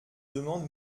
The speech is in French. demande